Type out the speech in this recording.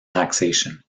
taxation